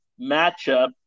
matchup